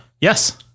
Yes